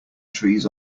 trees